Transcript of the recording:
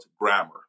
grammar